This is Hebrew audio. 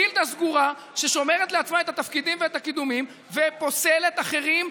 גילדה סגורה ששומרת לעצמה את התפקידים ואת הקידומים ופוסלת אחרים,